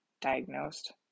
Diagnosed